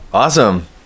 awesome